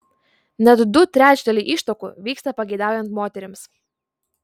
net du trečdaliai ištuokų vyksta pageidaujant moterims